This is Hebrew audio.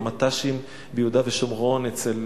המט"שים ביהודה ושומרון אצל